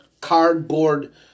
cardboard